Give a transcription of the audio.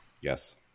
Yes